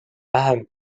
vähem